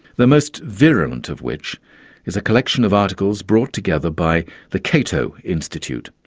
the most virulent of which is a collection of articles brought together by the cato institute,